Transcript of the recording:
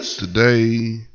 Today